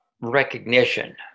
recognition